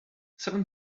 seven